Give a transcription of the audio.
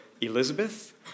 Elizabeth